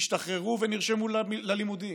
השתחררו ונרשמו ללימודים,